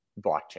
blockchain